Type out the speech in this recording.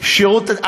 השירות,